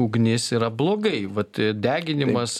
ugnis yra blogai vat deginimas